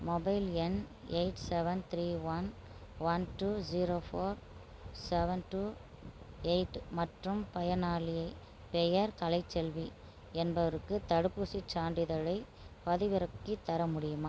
mobile எண் eight seven three one one two zero four seven two eight மற்றும் பயனாளிப் பெயர் கலைச்செல்வி என்பவருக்கு தடுப்பூசிச் சான்றிதழைப் பதிவிறக்கித் தர முடியுமா